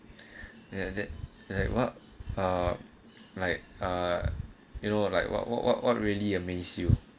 ya then like what uh like uh you know like what what what what really amaze you